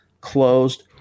Closed